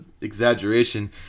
exaggeration